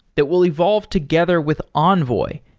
that will evolve together with envoy,